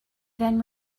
then